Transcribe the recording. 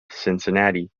cincinnati